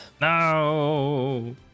No